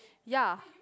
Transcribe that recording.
ya